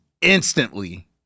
instantly